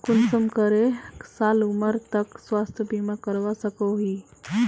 कुंसम करे साल उमर तक स्वास्थ्य बीमा करवा सकोहो ही?